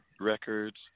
records